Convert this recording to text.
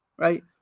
Right